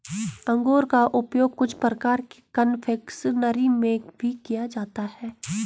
अंगूर का उपयोग कुछ प्रकार के कन्फेक्शनरी में भी किया जाता है